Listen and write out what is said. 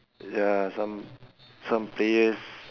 uh some some players